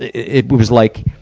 it was like,